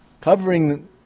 Covering